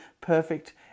perfect